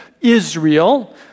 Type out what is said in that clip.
Israel